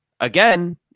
again